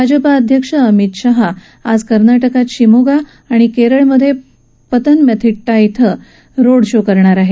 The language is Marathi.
भाजपा अध्यक्ष अमित शहा आज कर्नाटकात शिमोगा आणि केरळमध्ये पतनमथिट्टा इथं रोड शो करणार आहे